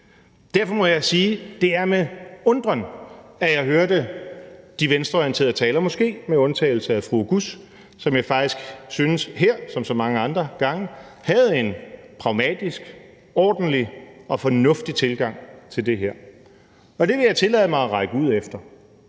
Derfor må jeg sige, at det var med undren, at jeg hørte de venstreorienterede talere – måske med undtagelse af fru Halime Oguz, som jeg faktisk syntes her som så mange andre gange havde en pragmatisk, ordentlig og fornuftig tilgang til det her. Og det vil jeg tillade mig at række ud efter.